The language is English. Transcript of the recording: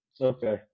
Okay